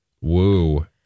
woo